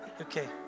Okay